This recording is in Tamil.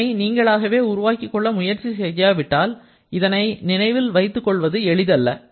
இதனை நீங்களாகவே உருவாக்கிக் கொள்ள முயற்சி செய்யாவிட்டால் இதனை நினைவில் வைத்துக் கொள்வது எளிதல்ல